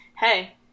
Hey